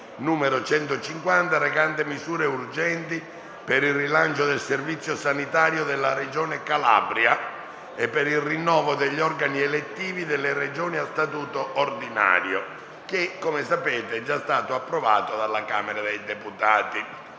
n. 150, recante misure urgenti per il rilancio del servizio sanitario della regione Calabria e per il rinnovo degli organi elettivi delle regioni a statuto ordinario*** *(Approvato dalla Camera dei deputati)